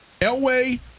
Elway